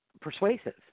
persuasive